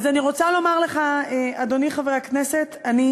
אז אני רוצה לומר לך, אדוני חבר הכנסת, אני